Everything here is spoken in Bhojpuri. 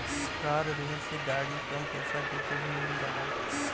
कार ऋण से गाड़ी कम पइसा देके भी मिल जाला